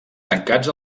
tancats